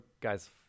guys